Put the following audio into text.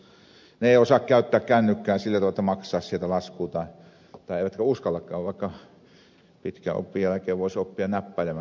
he eivät osaa käyttää kännykkää sillä tavalla että maksaisivat sieltä laskua eivätkä uskallakaan vaikka pitkän opin jälkeen voisivat oppia näppäilemäänkin joitain lukuja sinne